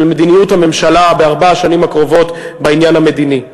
מדיניות הממשלה בארבע השנים הקרובות בעניין המדיני.